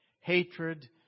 Hatred